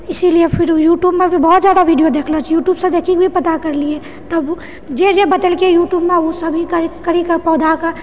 इसिलिए फिर यूट्यूबमे भी बहुत जादा वीडियो देखलो छी यूट्यूबसँ देखिकेँ पता करलिऐ तऽ ओ जे जे बतेलकए यूट्यूबमे ओ सभी करिके पौधाके